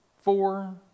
four